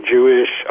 Jewish